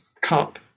cup